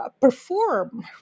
perform